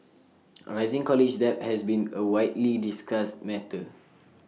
rising college debt has been A widely discussed matter